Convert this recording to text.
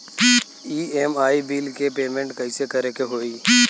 EMI bill के payment कइसे करे के होई?